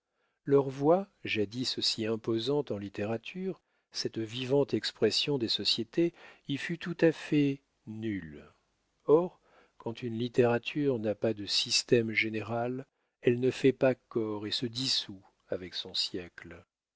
leur voix jadis si imposante en littérature cette vivante expression des sociétés y fut tout à fait nulle or quand une littérature n'a pas de système général elle ne fait pas corps et se dissout avec son siècle